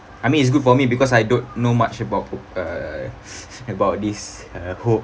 I mean it's good for me because I don't know much about uh about this uh whole